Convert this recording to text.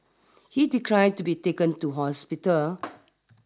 he declined to be taken to hospital